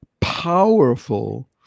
powerful